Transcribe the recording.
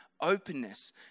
openness